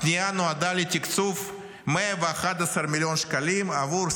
הפנייה נועדה לתקצוב 111 מיליון שקלים עבור,